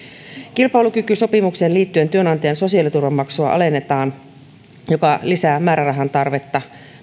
kilpailukykysopimukseen liittyen työnantajan sosiaaliturvamaksua alennetaan mikä lisää määrärahan tarvetta